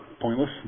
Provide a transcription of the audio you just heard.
pointless